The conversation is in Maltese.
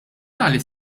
għaliex